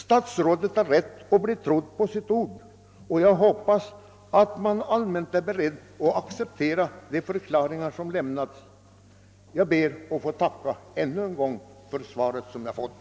Statsrådet har rätt att bli trodd på sitt ord, och jag hoppas att man allmänt är beredd att acceptera de förklaringar som lämnats. Jag ber än en gång att få tacka för det svar som jag har fått.